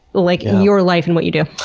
like, your life and what you do?